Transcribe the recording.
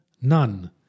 none